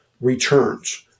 returns